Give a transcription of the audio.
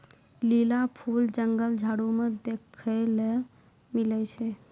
lily फूल जंगल झाड़ मे देखै ले मिलै छै